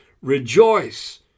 Rejoice